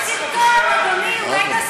אולי תעשה סרטון, אדוני.